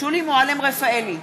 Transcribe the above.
שולי מועלם-רפאלי,